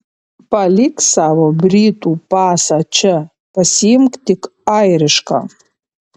palik savo britų pasą čia pasiimk tik airišką